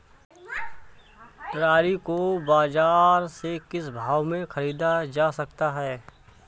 Trolley को बाजार से किस भाव में ख़रीदा जा सकता है?